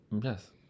yes